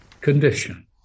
condition